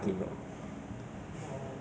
连连一个都没有